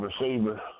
receiver